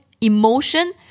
emotion